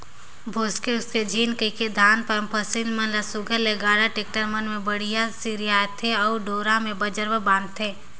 भोसके उसके झिन कहिके धान पान फसिल मन ल सुग्घर ले गाड़ा, टेक्टर मन मे बड़िहा सथियाथे अउ डोरा मे बजरबट बांधथे